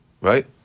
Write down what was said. right